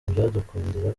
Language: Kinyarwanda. ntibyadukundira